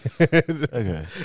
Okay